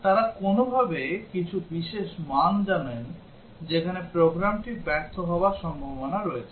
তারা কোনওভাবে কিছু বিশেষ মান জানেন যেখানে প্রোগ্রামটি ব্যর্থ হওয়ার সম্ভাবনা রয়েছে